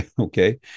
Okay